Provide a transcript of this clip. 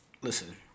Listen